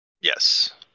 Yes